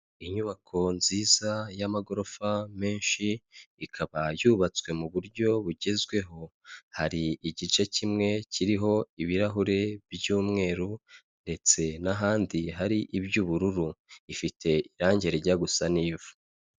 Inyubako nziza y'amagorofa menshi ikaba yubatswe mu buryo bugezweho, hari igice kimwe kiriho ibirahuri by'umweru ndetse n'ahandi hari iby'ubururu ifite irangi rijya gusa n'ivu.